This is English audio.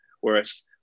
Whereas